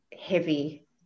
heavy